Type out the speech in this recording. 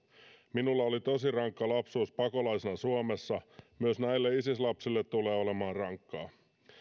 minulla oli tosi rankka lapsuus pakolaisena suomessa myös näille isis lapsille tulee olemaan rankkaa